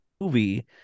movie